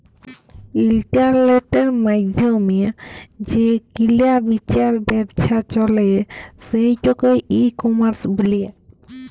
ইলটারলেটের মাইধ্যমে যে কিলা বিচার ব্যাবছা চলে সেটকে ই কমার্স ব্যলে